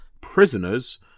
prisoners